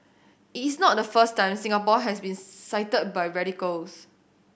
it is not the first time Singapore has been cited by radicals